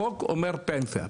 החוק אומר פנסיה.